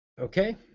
Okay